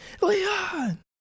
Leon